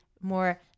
more